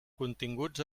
continguts